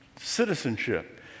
citizenship